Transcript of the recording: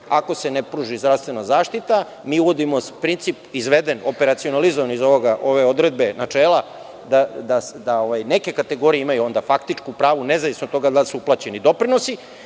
ako se ne pruži zdravstvena zaštita, mi uvodimo princip izveden, operacionalizovan iz ove odredbe, načela, da neke kategorije imaju onda faktičko pravo nezavisno od toga da li su uplaćeni doprinosi